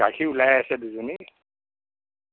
গাখীৰ ওলাই আছে দুজনীৰ